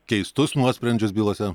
keistus nuosprendžius bylose